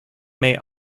may